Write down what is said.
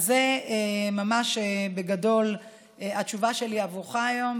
זה ממש בגדול התשובה שלי עבורך היום,